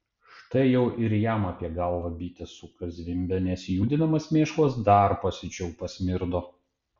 štai jau ir jam apie galvą bitė suka zvimbia nes judinamas mėšlas dar pasiučiau pasmirdo